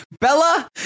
bella